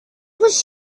was